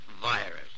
virus